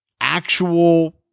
actual